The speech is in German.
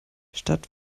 statt